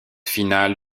final